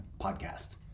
podcast